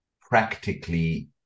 practically